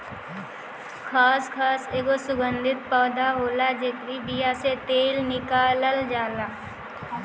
खसखस एगो सुगंधित पौधा होला जेकरी बिया से तेल निकालल जाला